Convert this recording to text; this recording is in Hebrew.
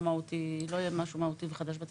לא יהיה משהו מהותי וחדש בתקנות.